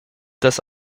das